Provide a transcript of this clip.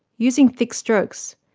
using thick strokes,